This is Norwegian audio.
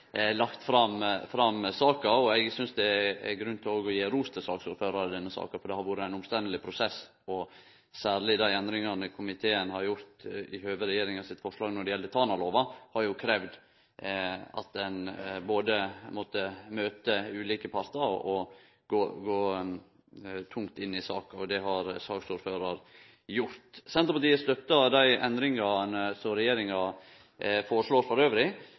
lagt fram saka, og eg synest det er grunn til å gje han ros, for det har vore ein omstendeleg prosess. Særleg dei endringane komiteen har gjort i samband med regjeringa sitt forslag når det gjeld Tanalova, har kravd at ein både måtte møte ulike partar og gå tungt inn i saka. Det har saksordføraren gjort. Senterpartiet støttar dei endringane som regjeringa foreslår